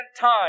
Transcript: time